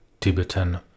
Tibetan